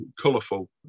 colourful